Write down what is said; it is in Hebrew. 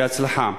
בהצלחה.